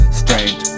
strange